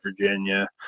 Virginia